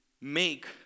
make